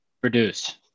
produce